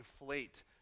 inflate